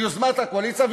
ביוזמת הקואליציה,